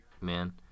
man